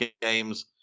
games